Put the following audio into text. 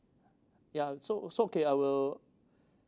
yeah so oh so K our